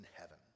heaven